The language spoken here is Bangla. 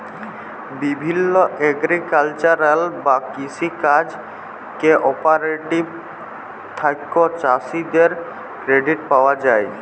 বিভিল্য এগ্রিকালচারাল বা কৃষি কাজ কোঅপারেটিভ থেক্যে চাষীদের ক্রেডিট পায়া যায়